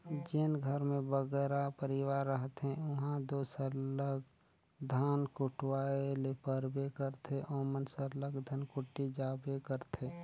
जेन घर में बगरा परिवार रहथें उहां दो सरलग धान कुटवाए ले परबे करथे ओमन सरलग धनकुट्टी जाबे करथे